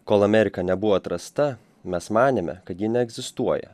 kol amerika nebuvo atrasta mes manėme kad ji neegzistuoja